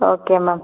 okay ma'am